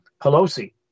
Pelosi